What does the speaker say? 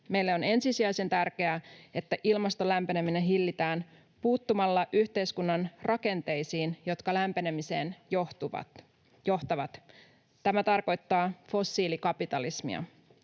Meille on ensisijaisen tärkeää, että ilmaston lämpeneminen hillitään puuttumalla yhteiskunnan rakenteisiin, jotka lämpenemiseen johtavat. Tämä tarkoittaa fossiilikapitalismia.